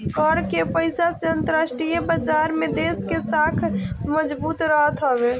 कर के पईसा से अंतरराष्ट्रीय बाजार में देस के साख मजबूत रहत हवे